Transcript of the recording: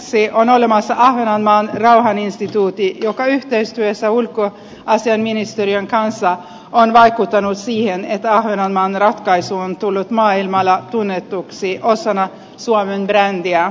lisäksi on olemassa ahvenanmaan rauhaninstituutti joka yhteistyössä ulkoasiainministeriön kanssa on vaikuttanut siihen että ahvenanmaan ratkaisu on tullut maailmalla tunnetuksi osana suomen brändiä